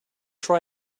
try